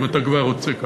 אם אתה כבר רוצה ככה.